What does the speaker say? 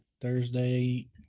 Thursday